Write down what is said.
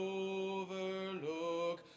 overlook